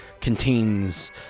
contains